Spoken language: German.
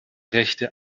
rechte